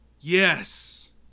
Yes